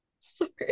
Sorry